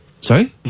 Sorry